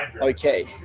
Okay